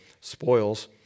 spoils